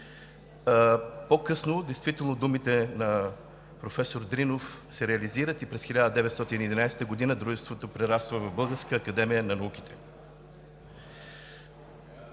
По-късно действително думите на професор Дринов се реализират и през 1911 г. дружеството прераства в Българска академия на науките.